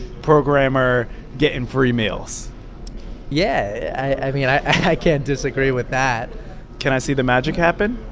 programmer getting free meals yeah. i mean, i can't disagree with that can i see the magic happen?